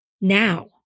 now